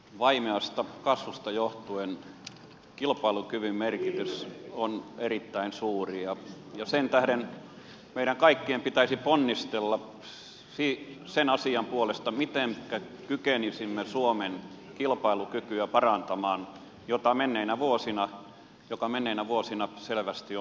vaimeasta kasvusta johtuen kilpailukyvyn merkitys on erittäin suuri ja sen tähden meidän kaikkien pitäisi ponnistella sen asian puolesta mitenkä kykenisimme parantamaan suomen kilpailukykyä joka menneinä vuosina selvästi on heikentynyt